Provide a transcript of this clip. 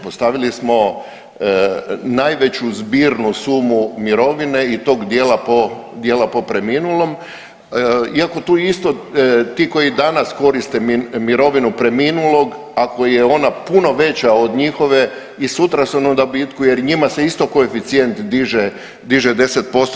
Postavili smo najveću zbirnu sumu mirovine i tog dijela po preminulom, iako tu isto ti koji danas koriste mirovinu preminulog ako je ona puno veća od njihove i sutra su na dobitku, jer njima se isto koeficijent diže 10%